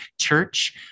Church